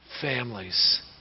families